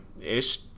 Ish